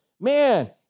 Man